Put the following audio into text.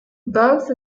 both